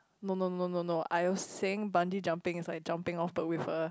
no no no no no I was saying bungee jumping is like jumping off the with a